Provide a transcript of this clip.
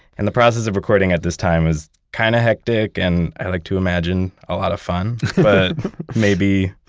and the process of recording at this time is kind of hectic and i like to imagine a lot of fun, but maybe,